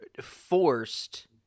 forced